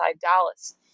Dallas